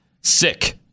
sick